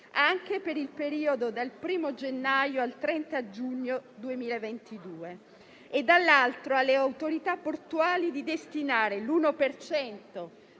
anche per il periodo dal 1° gennaio al 30 giugno 2022, e - dall'altro - alle autorità portuali di destinare l'1